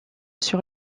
sur